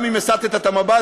גם אם הסטת את המבט,